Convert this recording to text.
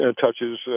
touches